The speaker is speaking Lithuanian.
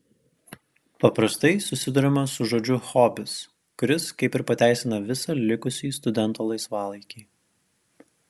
paprastai susiduriama su žodžiu hobis kuris kaip ir pateisina visą likusį studento laisvalaikį